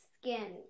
skin